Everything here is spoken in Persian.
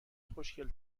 خوشگل